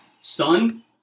Son